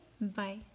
Bye